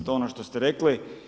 To je ono što ste rekli.